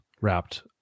wrapped